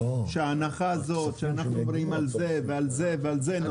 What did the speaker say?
שההנחה הזאת שאנחנו אומרים על זה ועל זה ועל זה,